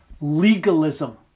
legalism